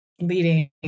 leading